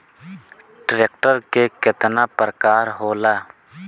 Tractor के केतना प्रकार होला?